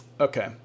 Okay